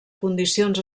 condicions